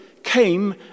came